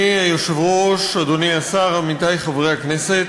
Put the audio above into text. היושב-ראש, אדוני השר, עמיתי חברי הכנסת,